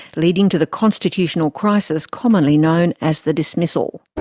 leading to the constitutional crisis commonly known as the dismissal.